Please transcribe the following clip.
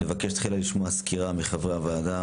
נבקש תחילה לשמוע סקירה מחברי הוועדה